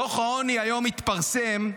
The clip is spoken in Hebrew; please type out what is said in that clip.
דוח העוני היום התפרסם,